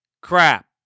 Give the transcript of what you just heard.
Crap